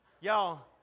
Y'all